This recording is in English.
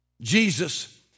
Jesus